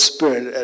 Spirit